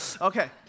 Okay